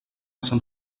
sant